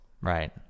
Right